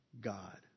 God